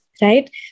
Right